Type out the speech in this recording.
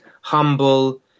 humble